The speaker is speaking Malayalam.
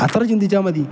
അത്ര ചിന്തിച്ചാൽ മതി